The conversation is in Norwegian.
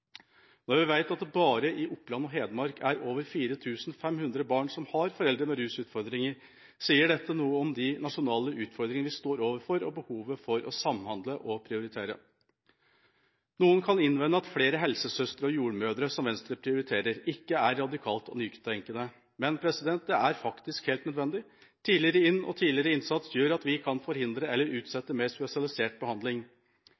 Når vi vet at det bare i Oppland og Hedmark er over 4 500 barn som har foreldre med rusutfordringer, sier dette noe om de nasjonale utfordringene vi står overfor og behovet for å samhandle og prioritere. Noen kan innvende at flere helsesøstre og jordmødre, som Venstre prioriterer, ikke er radikalt og nytenkende, men det er faktisk helt nødvendig. Tidligere inn og tidligere innsats gjør at vi kan forhindre eller